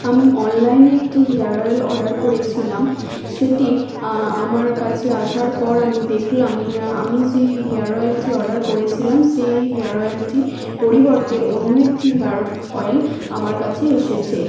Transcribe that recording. আমি অনলাইনে একটি হেয়ার অয়েল অর্ডার করেছিলাম সেটি আমার কাছে আসার পর আমি দেখলাম হেয়ার আমি যেই হেয়ার অয়েলটি অর্ডার করেছিলাম সেই হেয়ার অয়েলটি পরিবর্তে অন্য একটি হেয়ার অয়েল আমার কাছে এসেছে